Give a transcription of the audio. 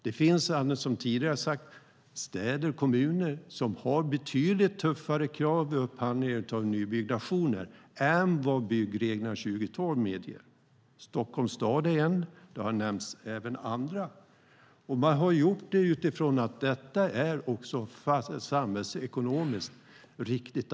Det finns, som tidigare sagts, städer och kommuner som har betydligt tuffare krav vid upphandling av nybyggnationer än vad byggreglerna 2012 medger. Stockholms stad är en. Även andra har nämnts. Man har gjort det för att det är samhällsekonomiskt riktigt.